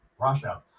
Russia